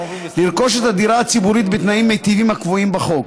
לרכוש את הדירה הציבורית בתנאים מיטיבים הקבועים בחוק.